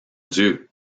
dieu